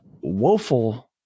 woeful